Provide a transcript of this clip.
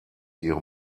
ihre